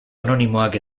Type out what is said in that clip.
anonimoak